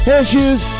issues